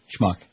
Schmuck